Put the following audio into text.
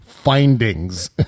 findings